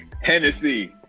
Hennessy